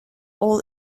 all